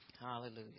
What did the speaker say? Hallelujah